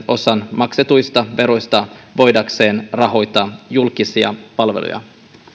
osan maksetuista veroista voidakseen rahoittaa julkisia palveluja